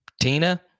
Tina